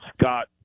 Scott